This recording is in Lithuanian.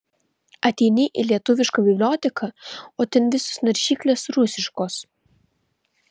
ateini į lietuviška biblioteką o ten visos naršyklės rusiškos